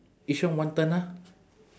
each one one turn ah